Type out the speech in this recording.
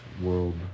world